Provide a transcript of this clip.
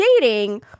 dating